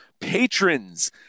patrons